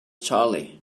charley